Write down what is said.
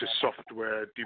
software